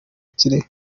kirehe